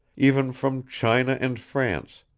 even from china and france,